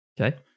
Okay